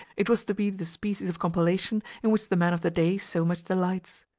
it was to be the species of compilation in which the man of the day so much delights.